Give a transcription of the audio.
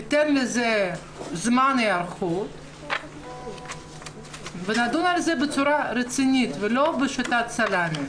ניתן לזה זמן היערכות ונדון על זה בצורה רצינית ולא בשיטת הסלאמי.